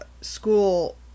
school